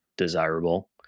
desirable